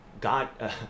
God